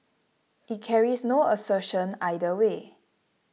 it carries no assertion either way